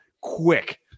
quick